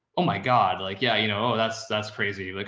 oh my god, like, yeah, you know, that's, that's crazy. like,